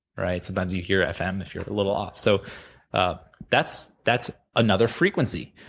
right? sometimes you hear fm, if you're a little off, so ah that's that's another frequency,